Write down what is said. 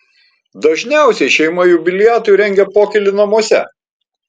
dažniausiai šeima jubiliatui rengia pokylį namuose